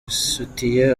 isutiye